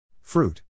Fruit